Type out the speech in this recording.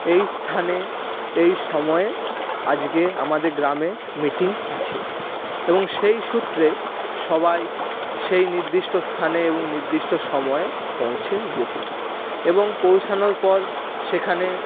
এই স্থানে এই সময়ে আজকে আমাদের গ্রামে মিটিং আছে এবং সেই সূত্রে সবাই সেই নির্দিষ্ট স্থানে এবং নির্দিষ্ট সময়ে পৌঁছে যেতো এবং পৌঁছানোর পর সেখানে